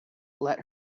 let